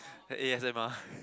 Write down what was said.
that A_S_M_R